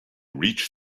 reach